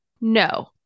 No